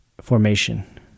Formation